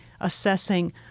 assessing